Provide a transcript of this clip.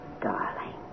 Darling